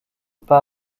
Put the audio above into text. pas